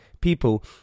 people